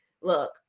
look